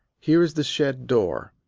here is the shed door,